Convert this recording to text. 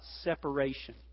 separation